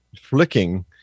flicking